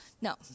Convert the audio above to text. No